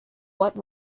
what